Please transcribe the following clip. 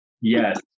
Yes